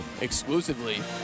exclusively